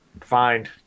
Fine